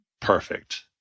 perfect